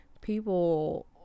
people